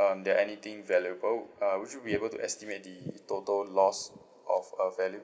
uh there are anything valuable uh would you be able to estimate the total loss of uh value